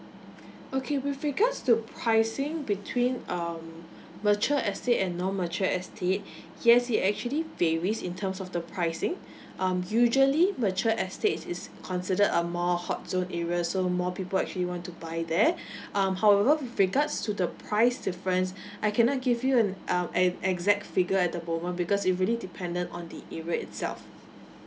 okay with regards to pricing between um mature estate and non mature estate yes it actually varies in terms of the pricing um usually mature estate is considered a more hot zone area so more people actually want to buy there um however with regards to the price difference I cannot give you a uh an exact figure at the moment because it really dependent on the area itself